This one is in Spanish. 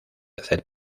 hacer